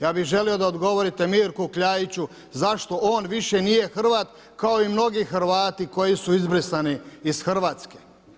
Ja bih želio da odgovorite Mirku Kljaiću zašto on više nije Hrvat kao i mnogi Hrvati koji su izbrisani iz Hrvatske?